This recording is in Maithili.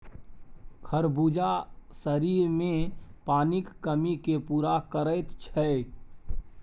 खरबूजा शरीरमे पानिक कमीकेँ पूरा करैत छै